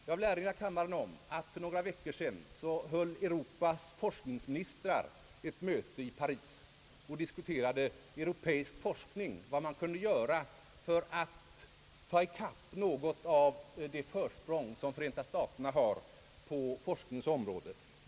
Jag vill erinra kammaren om att Europas forskningsministrar för några veckor sedan höll ett möte i Paris, där de diskuterade europeisk forskning och vad som kunde göras för att något komma ikapp det försprång som Förenta staterna har på forskningens område.